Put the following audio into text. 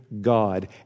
God